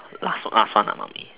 last last one ah mummy